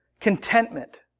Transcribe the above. Contentment